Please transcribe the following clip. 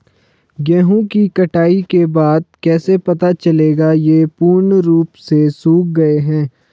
गेहूँ की कटाई के बाद कैसे पता चलेगा ये पूर्ण रूप से सूख गए हैं?